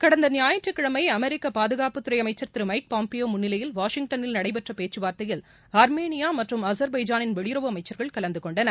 கடந்த ஞாயிற்றுக் கிழமை அமெரிக்க பாதுகாப்புத் துறை அமைச்சர் திரு மைக் பாம்பியோ முன்னிலையில் வாஷிங்டனில் நடைபெற்ற பேச்சு வார்த்தையில் ஆர்மேனியா மற்றும் அஜர் பைஜானின் வெளியுறவு அமைச்சர்கள் கலந்து கொண்டனர்